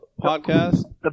podcast